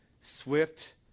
swift